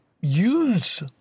use